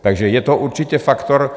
Takže je to určitě faktor.